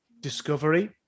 Discovery